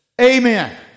Amen